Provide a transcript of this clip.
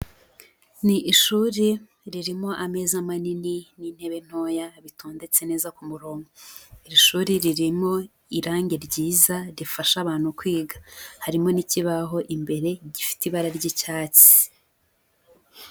Ni ishuri ririmo ameza manini n'intebe ntoya bitondetse neza ku murongo, iri shuri ririmo irangi ryiza rifasha abantu kwiga, harimo n'ikibaho imbere gifite ibara ry'icyatsi.